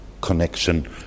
connection